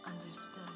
understood